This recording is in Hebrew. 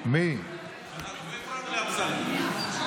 לא הפרענו לאמסלם.